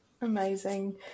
amazing